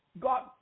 God